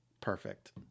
perfect